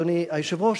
אדוני היושב-ראש,